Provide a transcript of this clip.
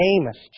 Amos